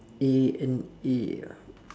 A and A ah